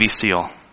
SEAL